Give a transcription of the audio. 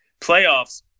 playoffs